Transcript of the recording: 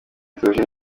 theogene